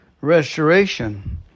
restoration